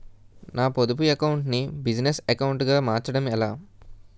నా పొదుపు అకౌంట్ నీ బిజినెస్ అకౌంట్ గా మార్చడం ఎలా?